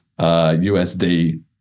USD